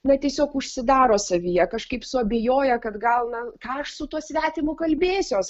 na tiesiog užsidaro savyje kažkaip suabejoja kad gal na ką aš su tuo svetimu kalbėsiuos